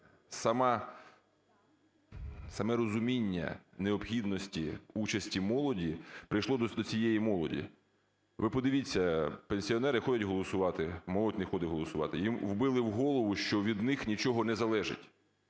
саме розуміння необхідності участі молоді прийшло до цієї молоді. Ви подивіться, пенсіонери ходять голосувати – молодь не ходить голосувати. Їм вбили в голову, що від них нічого не залежить,